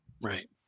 Right